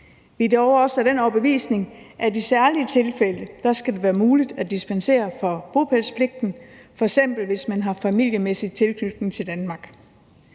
Vi er dog også af den overbevisning, at i særlige tilfælde skal det være muligt at dispensere fra bopælspligten, f.eks. hvis man har familiemæssig tilknytning til Danmark.